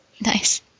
Nice